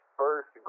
first